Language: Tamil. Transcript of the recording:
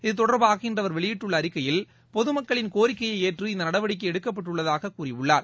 இது தொடர்பாக இன்று அவர் வெளியிட்டுள்ள அறிக்கையில் பொதுமக்களின் கோரிக்கையை ஏற்று இந்த நடவடிக்கை எடுக்கப்பட்டுள்ளதாக அவர் கூறியுள்ளார்